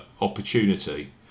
opportunity